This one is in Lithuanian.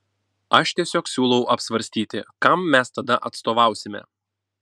aš tiesiog siūlau apsvarstyti kam mes tada atstovausime